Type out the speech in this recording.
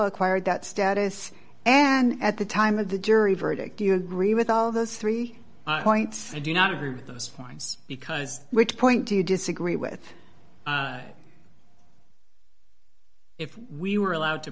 acquired that status and at the time of the jury verdict do you agree with all those three points i do not agree with those points because which point do you disagree with if we were allowed to